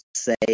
Say